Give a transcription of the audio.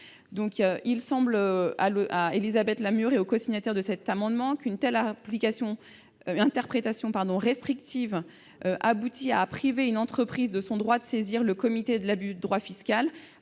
fiscale. Élisabeth Lamure et les cosignataires de cet amendement estiment qu'une telle interprétation restrictive aboutit à priver une entreprise de son droit de saisir le comité de l'abus de droit fiscal,